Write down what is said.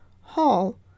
hall